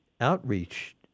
outreach